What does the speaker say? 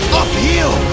uphill